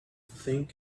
think